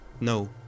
No